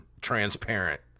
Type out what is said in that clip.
transparent